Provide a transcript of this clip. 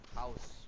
house